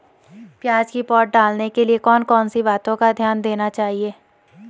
प्याज़ की पौध डालने के लिए कौन कौन सी बातों का ध्यान देना चाहिए?